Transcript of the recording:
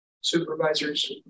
supervisors